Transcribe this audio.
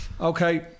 Okay